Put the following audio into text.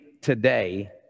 today